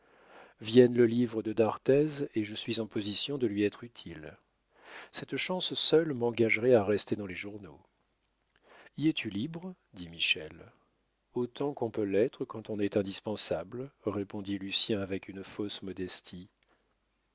vienne le livre de d'arthez et je suis en position de lui être utile cette chance seule m'engagerait à rester dans les journaux y es-tu libre dit michel autant qu'on peut l'être quand on est indispensable répondit lucien avec une fausse modestie